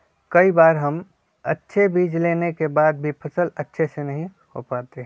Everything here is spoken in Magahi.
कई बार हम अच्छे बीज लेने के बाद भी फसल अच्छे से नहीं हो पाते हैं?